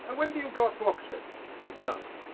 ah when do you go up to oxford on the twelfth.